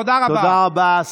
תודה רבה.